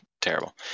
terrible